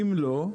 אם לא,